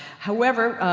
however,